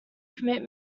commit